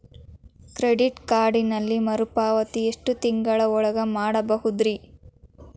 Credit ಕಾರ್ಡಿನಲ್ಲಿ ಮರುಪಾವತಿ ಎಷ್ಟು ತಿಂಗಳ ಒಳಗ ಮಾಡಬಹುದ್ರಿ?